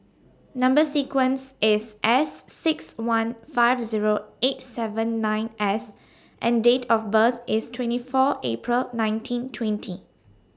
Number sequence IS S six one five Zero eight seven nine S and Date of birth IS twenty four April nineteen twenty